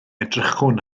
edrychwn